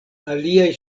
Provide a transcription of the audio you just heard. aliaj